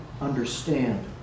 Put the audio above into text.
understand